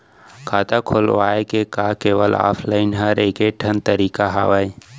खाता खोलवाय के का केवल ऑफलाइन हर ऐकेठन तरीका हवय?